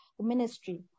ministry